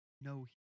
No